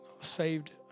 saved